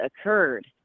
occurred